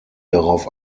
darauf